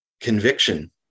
conviction